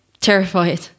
Terrified